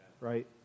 right